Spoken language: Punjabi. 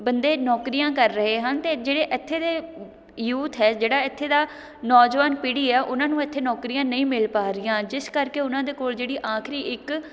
ਬੰਦੇ ਨੌਕਰੀਆਂ ਕਰ ਰਹੇ ਹਨ ਅਤੇ ਜਿਹੜੇ ਇੱਥੇ ਦੇ ਯੂਥ ਹੈ ਜਿਹੜਾ ਇੱਥੇ ਦਾ ਨੌਜਵਾਨ ਪੀੜੀ ਹੈ ਉਹਨਾਂ ਨੂੰ ਇੱਥੇ ਨੌਕਰੀਆਂ ਨਹੀਂ ਮਿਲ ਪਾ ਰਹੀਆਂ ਜਿਸ ਕਰਕੇ ਉਹਨਾਂ ਦੇ ਕੋਲ ਜਿਹੜੀ ਆਖਰੀ ਇੱਕ